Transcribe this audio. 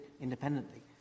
independently